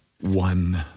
one